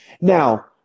Now